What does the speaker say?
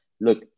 look